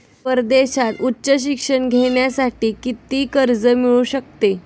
परदेशात उच्च शिक्षण घेण्यासाठी किती कर्ज मिळू शकते?